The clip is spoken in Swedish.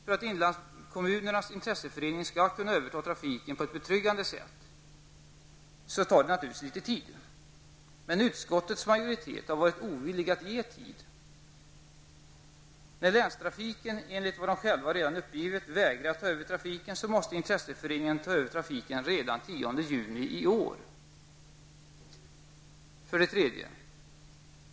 För att inlandskommunernas intresseförening skall kunna överta trafiken på ett betryggande sätt tar naturligtvis litet tid. Men utskottets majoritet har varit ovillig att ge tid. När länstrafikbolagen, enligt vad de själva uppgivit, vägrar att ta över trafiken, måste intresseföreningen ta över trafiken redan den 10 juni i år. 3.